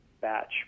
batch